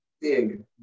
big